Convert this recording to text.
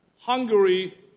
Hungary